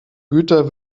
güter